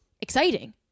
exciting